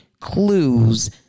clues